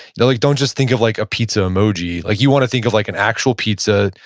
and like don't just think of like a pizza emoji, like you want to think of like an actual pizza,